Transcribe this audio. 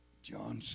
John